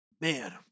Man